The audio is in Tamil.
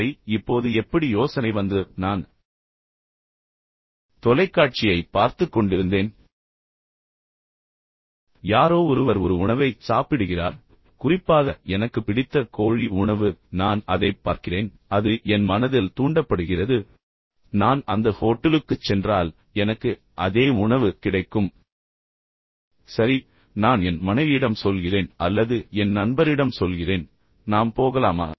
சரி இப்போது எப்படி யோசனை வந்தது நான் தொலைக்காட்சியைப் பார்த்துக் கொண்டிருந்தேன் பின்னர் யாரோ ஒருவர் ஒரு உணவை சாப்பிடுகிறார் குறிப்பாக எனக்கு பிடித்த கோழி உணவு நான் அதைப் பார்க்கிறேன் பின்னர் அது என் மனதில் தூண்டப்படுகிறது நான் அந்த ஹோட்டலுக்குச் சென்றால் எனக்கு அதே உணவு கிடைக்கும் சரி நான் என் மனைவியிடம் சொல்கிறேன் அல்லது என் நண்பரிடம் சொல்கிறேன் நாம் போகலாமா